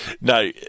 no